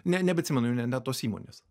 ne nebeatsimenu jau ne net tos įmonės